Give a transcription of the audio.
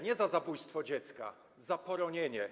Nie za zabójstwo dziecka, za poronienie.